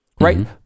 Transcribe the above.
right